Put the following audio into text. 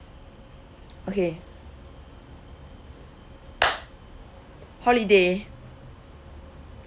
okay holiday